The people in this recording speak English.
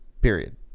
period